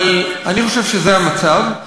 אני חושב שזה המצב.